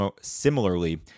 similarly